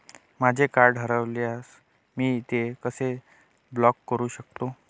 माझे कार्ड हरवल्यास मी ते कसे ब्लॉक करु शकतो?